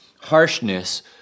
harshness